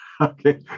Okay